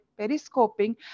periscoping